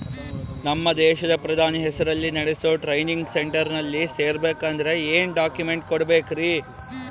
ನಮ್ಮ ದೇಶದ ಪ್ರಧಾನಿ ಹೆಸರಲ್ಲಿ ನೆಡಸೋ ಟ್ರೈನಿಂಗ್ ಸೆಂಟರ್ನಲ್ಲಿ ಸೇರ್ಬೇಕಂದ್ರ ಏನೇನ್ ಡಾಕ್ಯುಮೆಂಟ್ ಕೊಡಬೇಕ್ರಿ?